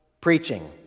preaching